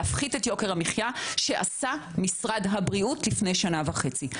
להפחית את יוקר המחיה שעשה משרד הבריאות לפני שנה וחצי.